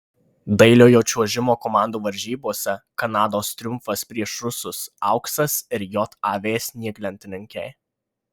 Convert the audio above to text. dailiojo čiuožimo komandų varžybose kanados triumfas prieš rusus auksas ir jav snieglentininkei